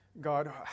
God